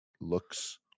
looks